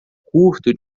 curto